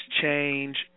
change